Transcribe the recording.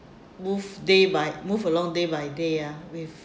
move day by move along day by day ah with